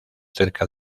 cerca